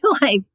life